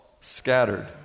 Scattered